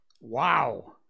wow